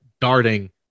darting